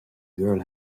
girl